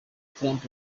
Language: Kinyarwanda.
trump